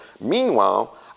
Meanwhile